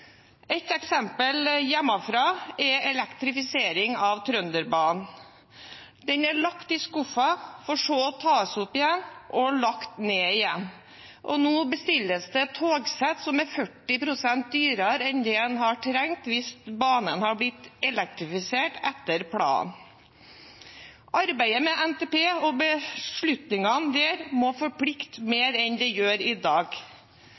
Ett eksempel hjemmefra er elektrifisering av Trønderbanen. Den er lagt i skuffen, for så å bli tatt opp igjen og lagt ned igjen – og nå bestilles det togsett som er 40 pst. dyrere enn det en hadde trengt hvis banen hadde blitt elektrifisert etter planen. Arbeidet med NTP og beslutningene der må forplikte mer enn det gjør i dag.